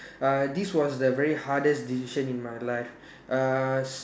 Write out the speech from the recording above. uh this was the very hardest decision in my life uh s~